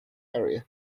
area